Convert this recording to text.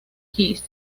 his